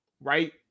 right